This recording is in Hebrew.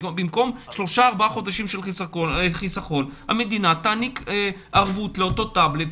במקום 3-4 חודשים של חסכון המדינה תעניק ערבות לאותו טאבלט,